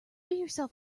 yourself